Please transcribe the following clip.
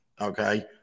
okay